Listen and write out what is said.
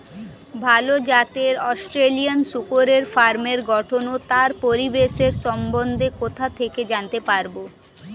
ভাল জাতের অস্ট্রেলিয়ান শূকরের ফার্মের গঠন ও তার পরিবেশের সম্বন্ধে কোথা থেকে জানতে পারবো?